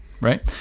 right